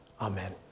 Amen